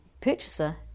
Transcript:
purchaser